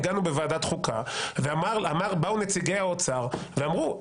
בוועדת חוקה באו נציגי האוצר ואמרו,